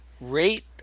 rate